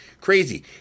crazy